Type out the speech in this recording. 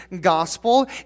gospel